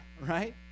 Right